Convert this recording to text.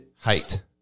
height